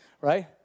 right